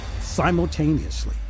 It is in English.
simultaneously